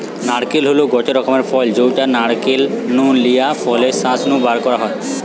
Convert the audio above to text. নারকেল তেল হল গটে রকমের তেল যউটা নারকেল গাছ নু লিয়া ফলের শাঁস নু বারকরা হয়